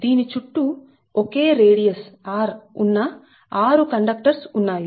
దీని చుట్టూ ఒకే రేడియస్ r ఉన్న 6 కండక్టర్స్ ఉన్నాయి